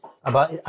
Aber